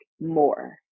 more